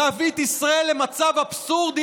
להביא את ישראל למצב אבסורדי,